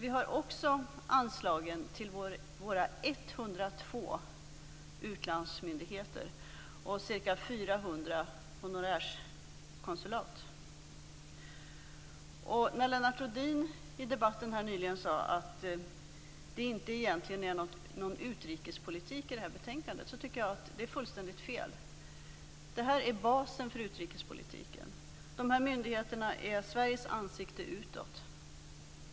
Där finns också anslagen till våra 102 När Lennart Rohdin i debatten sade att detta betänkande egentligen inte innehåller någon utrikespolitik, tycker jag att det är fullständigt fel. Detta är basen för utrikespolitiken. Dessa myndigheter är Sveriges ansikte utåt.